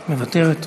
מוותרת.